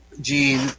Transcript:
gene